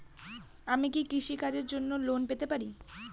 আমি কি কৃষি কাজের জন্য লোন পেতে পারি?